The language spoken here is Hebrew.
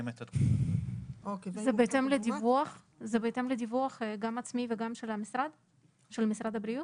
זה בהתאם לדיווח גם של העצמאי וגם של משרד הבריאות?